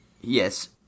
Yes